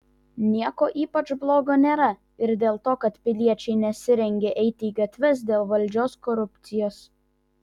nieko ypač blogo nėra ir dėl to kad piliečiai nesirengia eiti į gatves dėl valdžios korupcijos